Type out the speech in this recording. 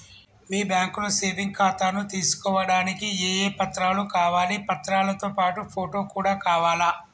మీ బ్యాంకులో సేవింగ్ ఖాతాను తీసుకోవడానికి ఏ ఏ పత్రాలు కావాలి పత్రాలతో పాటు ఫోటో కూడా కావాలా?